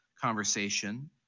conversation